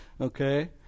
Okay